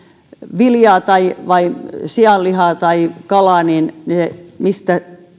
viljaa tai sianlihaa tai kalaa niin alkuperäismerkinnät se mistä